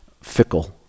fickle